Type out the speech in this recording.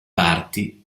parti